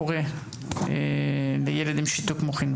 הורה לילד עם שיתוק מוחין.